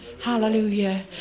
Hallelujah